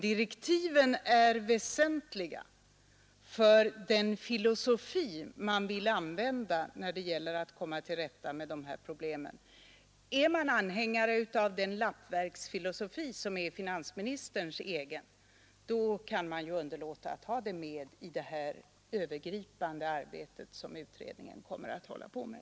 Direktiven är dock väsentliga för den filosofi man vill använda när det gäller att katteflyktsproblemen. Är man anhängare av den komma till rätta med lappverksfilosofi som är finansministerns egen, då kan man ju låta bli att ta med denna fråga i det övergripande arbete som utredningen kommer att syssla med.